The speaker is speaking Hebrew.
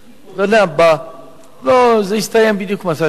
לא, זה יסתיים בדיוק מתי שהוא צריך.